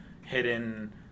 hidden